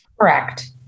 Correct